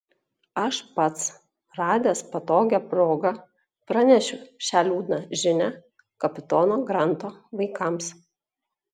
aš pats radęs patogią progą pranešiu šią liūdną žinią kapitono granto vaikams